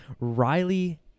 Riley